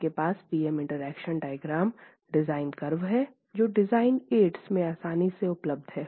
आपके पास P M interaction diagram design curve हैं जो डिज़ाइन एड्स में आसानी से उपलब्ध हैं